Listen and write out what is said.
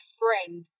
friend